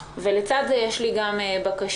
לצד זה, יש לי גם בקשה.